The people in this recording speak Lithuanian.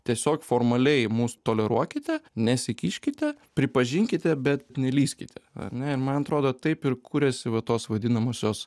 tiesiog formaliai mus toleruokite nesikiškite pripažinkite bet nelįskite ar ne ir man atrodo taip ir kuriasi va tos vadinamosios